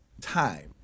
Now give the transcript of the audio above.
time